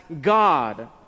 God